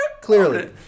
Clearly